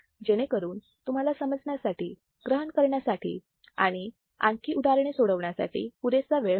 जेणेकरून तुम्हाला समजण्यासाठी ग्रहण करण्यासाठी आणि आणखी उदाहरणे सोडवण्यासाठी पुरेसा वेळ मिळावा